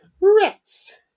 rats